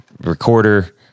recorder